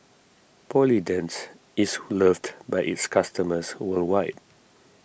Polident is loved by its customers worldwide